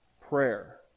prayer